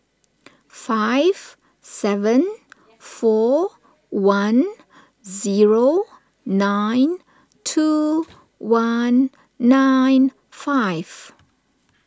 five seven four one zero nine two one nine five